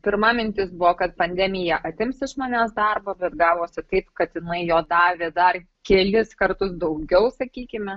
pirma mintis buvo kad pandemija atims iš manęs darbą bet gavosi taip kad jinai jo davė dar kelis kartus daugiau sakykime